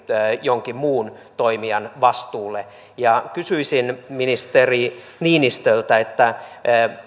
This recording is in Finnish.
jonkin muun toimijan vastuulle kysyisin ministeri niinistöltä